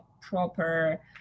proper